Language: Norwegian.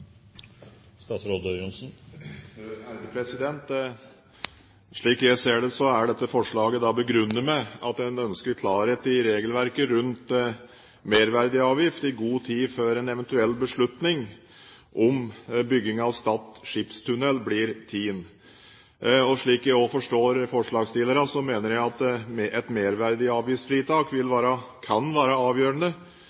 dette forslaget begrunnet med at en ønsker klarhet i regelverket rundt merverdiavgift i god tid før en eventuell beslutning om bygging av Stad skipstunnel blir tatt. Og slik jeg også forstår forslagsstillerne, mener de at et merverdiavgiftsfritak kan være avgjørende for at denne og eventuelt andre skipstunneler blir bygd. Det kan godt hende, men jeg vil